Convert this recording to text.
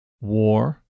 war